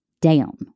down